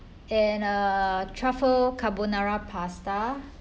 and uh truffle carbonara pasta